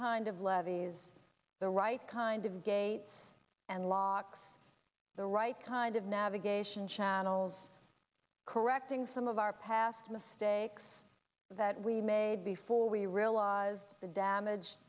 kind of levees the right kind of gates and locks the right kind of navigation channels correcting some of our past mistakes that we made before we realize the damage